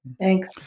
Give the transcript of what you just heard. Thanks